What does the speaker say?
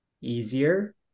easier